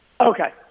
Okay